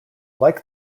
like